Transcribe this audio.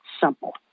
simple